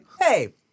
hey